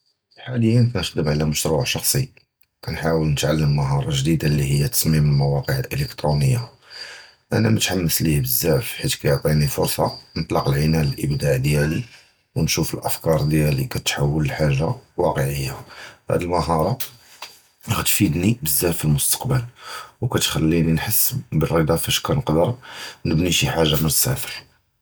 חַאַלִּיָּא כַנִּתְחַ'דֵּם עַל מְשּׁוּעַע שַׁחְסִי, כַנִּתְחַ'וּל נְתְעַלֵּם מְהַרַה גְּדִידָה אֶלִי הִיָּא תַּסְמִים אֶל-מָווָאקִע אֶל-אֶלֶקְטְרוּנִיָּה. אֲנִי מְתוּחָ'ס לִיּ בְּזַבַּא, חִית כַיְּעְטִינִי פְרְסָה נְטַלַּק אֶל-עַנָאן לְאִיבְדַּאא דִיָּאלִי, וְנִשּׁוּף אֶל-אַפְקָּאר דִיָּאלִי כַּתִּתְחַוַּל לְחַאגָּה וָאקְעִיָּה. הַדִּיּ מְהַרָה גְּדִידָה כַתִּפִידְנִי בְּזַבַּא פִי אֶל-מֻסְתַקְבַּל, וְכַתְּחַ'לִינִי נְחַסּ בְּאֶל-רִדָּא פִיּש כַנִּתְקַדֵּר נְבְּנִי חַאגָּה מִל-אֶל-צֵפֶר.